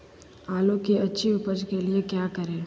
आलू की अच्छी उपज के लिए क्या करें?